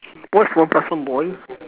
what's one plus one boy